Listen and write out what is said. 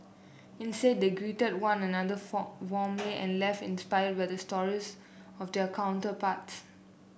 instead they greeted one another for warmly and left inspired by the stories of their counterparts